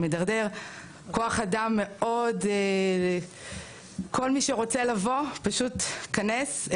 כוח אדם מאוד כל מי שרוצה לבוא פשוט יכנס.